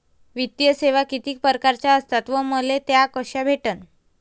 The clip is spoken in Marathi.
वित्तीय सेवा कितीक परकारच्या असतात व मले त्या कशा भेटन?